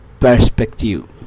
perspective